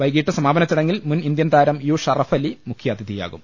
വൈകീട്ട് സമാപന ചടങ്ങിൽ മുൻ ഇന്ത്യൻ താരം യു ഷറഫലി മുഖ്യാതി ഥിയാകും